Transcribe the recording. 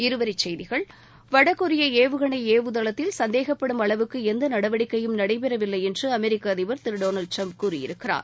இருவரிச்செய்திகள் வடகொரிய ஏவுகணை ஏவுதளத்தில் சந்தேகப்படும் அளவுக்கு எந்த நடவடிக்கையும் நடைபெறவில்லை அதிபர் என்ற அமெரிக்க திரு டொனால்ட் ட்ரம்ப் கூறியிருக்கிறார்